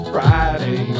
Friday